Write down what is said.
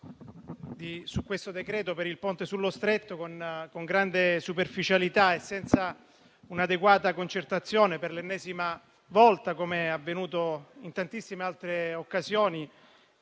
di questo decreto per il Ponte sullo Stretto con grande superficialità e senza un'adeguata concertazione, per l'ennesima volta, come è avvenuto in tantissime altre occasioni